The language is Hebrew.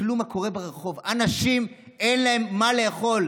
תסתכלו מה קורה ברחוב, אנשים, אין להם מה לאכול.